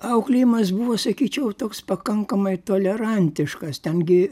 auklėjimas buvo sakyčiau toks pakankamai tolerantiškas ten gi